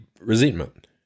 resentment